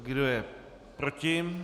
Kdo je proti?